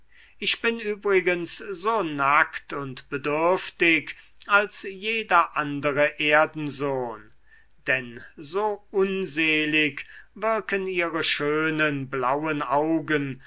ich bin übrigens so nackt und bedürftig als jeder andere erdensohn denn so unselig wirken ihre schönen blauen augen